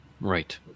right